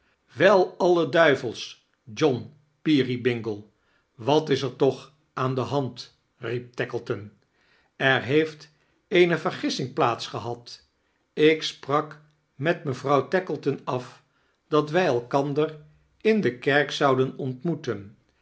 wel alle duivels john peerybingle wat is er toch aan de hand riep tackleton er heeft eene veirgissing plaats gehad ik sprak met mevrouw tackleton af dat wij elkander in de kerk zouden ontmoeten